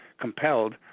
compelled